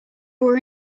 were